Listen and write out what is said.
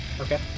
Okay